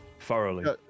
Thoroughly